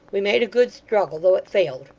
we made a good struggle, though it failed.